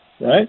right